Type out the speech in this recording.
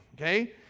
Okay